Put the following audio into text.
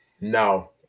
No